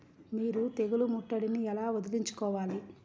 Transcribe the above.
మీరు తెగులు ముట్టడిని ఎలా వదిలించుకోవాలి?